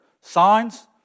signs